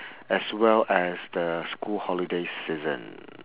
as well as the school holiday season